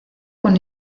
con